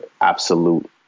absolute